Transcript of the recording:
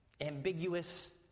ambiguous